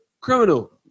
criminal